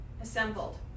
assembled